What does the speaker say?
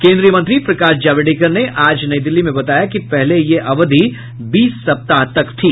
केन्द्रीय मंत्री प्रकाश जावड़ेकर ने आज नई दिल्ली में बताया कि पहले यह अवधि बीस सप्ताह तक थी